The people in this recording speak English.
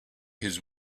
his